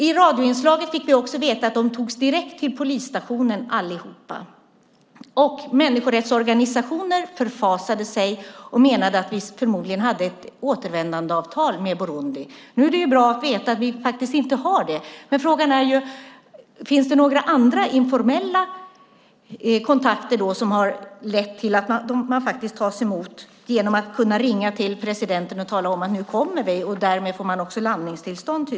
I radioinslaget fick vi också veta att de alla togs direkt till polisstationen. Människorättsorganisationer förfasade sig och menade att vi förmodligen hade ett återvändandeavtal med Burundi. Nu är det bra att veta att vi faktiskt inte har det. Men frågan är: Finns det några andra informella kontakter som har lett till att man faktiskt tas emot genom att ringa till presidenten och tala om att man nu kommer? Därmed får man tydligen också landningstillstånd.